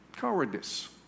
cowardice